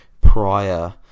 prior